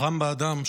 החכם באדם,